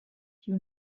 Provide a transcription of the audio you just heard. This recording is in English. you